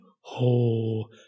whole